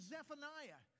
Zephaniah